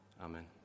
amen